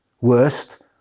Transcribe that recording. worst